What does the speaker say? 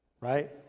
Right